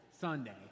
Sunday